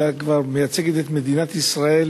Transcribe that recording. אלא כבר מייצגת את מדינת ישראל